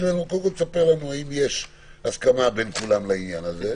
ותספר לנו האם יש הסכמה בין כולם לעניין הזה.